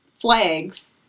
flags